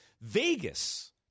Vegas